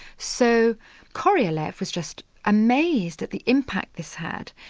so korolev was just amazed at the impact this had,